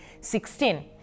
16